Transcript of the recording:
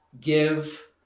give